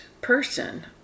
person